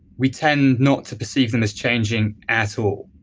we tend not to perceive them as changing at all.